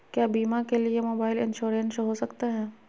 क्या बीमा के लिए मोबाइल इंश्योरेंस हो सकता है?